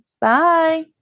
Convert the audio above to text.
Bye